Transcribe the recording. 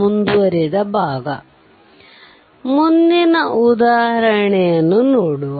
ಮುಂದಿನ ಉದಾಹರಣೆ ನೋಡುವ